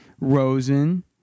Rosen